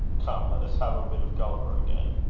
come, let us have a bit of gulliver again.